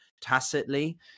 tacitly